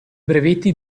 brevetti